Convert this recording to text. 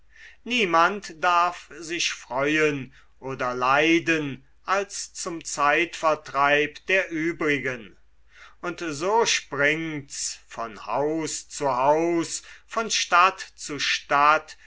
niemand darf sich freuen oder leiden als zum zeitvertreib der übrigen und so springt's von haus zu haus von stadt zu stadt